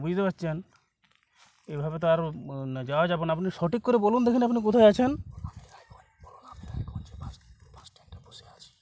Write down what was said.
বুঝতে পারছেন এভাবে তো আর না যাওয়া যাবে না আপনি সঠিক করে বলুন দেখি না আপনি কোথায় আছেন